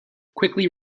quickly